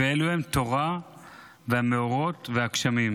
ואלו הם: תורה והמאורות והגשמים.